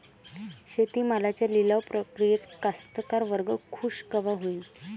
शेती मालाच्या लिलाव प्रक्रियेत कास्तकार वर्ग खूष कवा होईन?